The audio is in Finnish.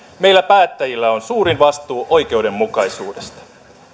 meillä päättäjillä on suurin vastuu oikeudenmukaisuudesta